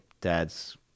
dad's